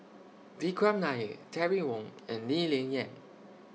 Vikram Nair Terry Wong and Lee Ling Yen